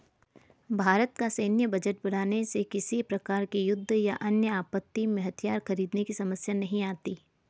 भारत का सैन्य बजट बढ़ाने से किसी प्रकार के युद्ध या अन्य आपत्ति में हथियार खरीदने की समस्या नहीं आती